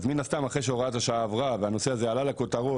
אז מן הסתם אחרי שהוראת השעה עברה והנושא הזה עלה לכותרות,